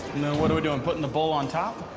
what are we doing? putting the bull on top?